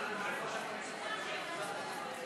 העבודה ולצמצום פערים חברתיים (מס הכנסה שלילי)